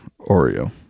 Oreo